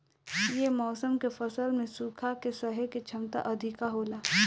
ये मौसम के फसल में सुखा के सहे के क्षमता अधिका होला